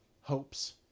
hopes